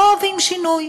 לא אוהבים שינוי,